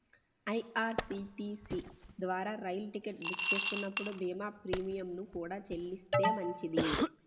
IRCTC ద్వారా రైలు ticket book చేస్తున్నప్పుడు బీమా ప్రీమియంను కూడా చెల్లిస్తే మంచిది